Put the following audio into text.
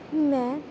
ਮੈ